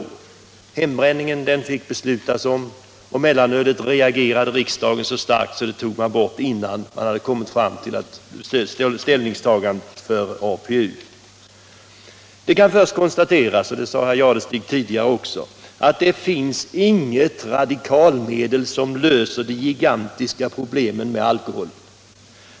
I fråga om hembränningen fick sålunda beslut fattas, och beträffande mellanölet reagerade riksdagen så starkt att beslut fattades innan något ställningstagande hade gjorts av regeringen. Det kan konstateras, som herr Jadestig också gjorde, att det finns inget radikalmedel som löser de gigantiska problemen med alkoholen.